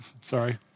Sorry